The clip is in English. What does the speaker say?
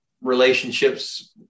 relationships